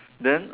then